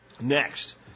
Next